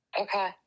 Okay